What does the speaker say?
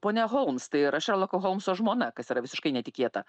ponia holms tai yra šerloko holmso žmona kas yra visiškai netikėta